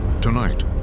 Tonight